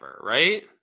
right